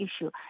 issue